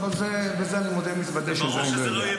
אבל החלק הזה,